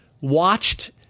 watched